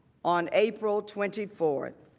on april twenty four,